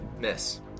Miss